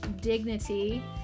dignity